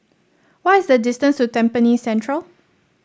what is the distance to Tampines Central